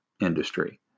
industry